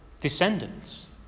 descendants